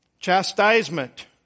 Chastisement